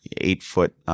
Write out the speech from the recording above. eight-foot